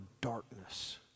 darkness